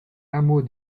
hameaux